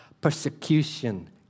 Persecution